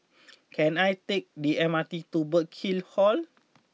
can I take the M R T to Burkill Hall